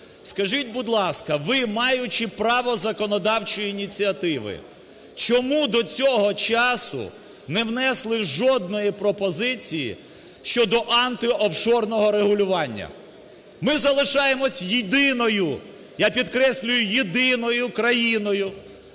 Скажіть, будь ласка, ви, маючи право законодавчої ініціативи, чому до цього часу не внесли жодної пропозиції щодоантиофшорного регулювання? Ми залишаємось єдиною, я підкреслюю, єдиною країною,